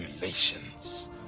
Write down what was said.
relations